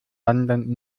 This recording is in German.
wandern